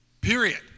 Period